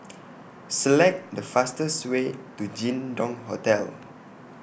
Select The fastest Way to Jin Dong Hotel